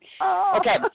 Okay